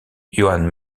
johann